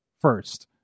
First